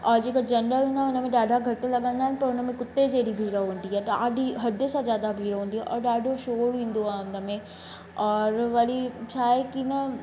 और जेका जनरल हूंदा हुनमें ॾाढा घटि लगंदा आहिनि त हुनमें कुते जहिड़ी भीड़ हूंदी आहे ॾाढी हद सां ज्यादा भीड़ हूंदी आहे ऐं ॾाढो शोर ईंदो आहे हंधि में और वरी छा आहे की न